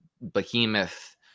behemoth